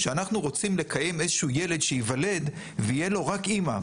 שאנחנו רוצים לקיים איזה שהוא ילד שייוולד ותהיה לו רק אמא.